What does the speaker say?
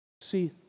See